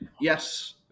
Yes